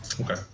Okay